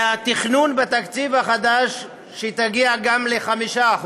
והתכנון, בתקציב החדש, שהיא תגיע גם ל-5%.